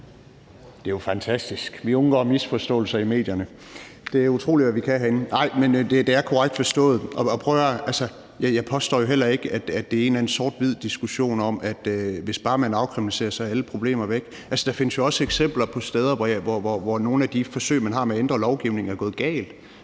Det er jo fantastisk; vi undgår misforståelser i medierne. Det er utroligt, hvad vi kan herinde. Nej, men det er korrekt forstået. Og prøv at høre her: Jeg påstår jo heller ikke, at det er en sort-hvid diskussion om, at hvis bare man afkriminaliserer, er alle problemer væk. Der findes også eksempler på steder, hvor nogle af de forsøg, man har, med at ændre lovgivningen er gået galt.